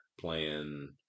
playing